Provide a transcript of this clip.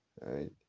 right